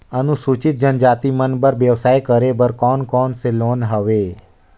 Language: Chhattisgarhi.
अनुसूचित जनजाति मन बर व्यवसाय करे बर कौन कौन से लोन हवे?